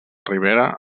rivera